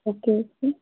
okay ਜੀ